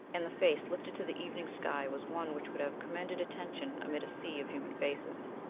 and the face lifted to the evening sky was one which would have commanded attention amid a sea of human faces.